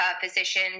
physician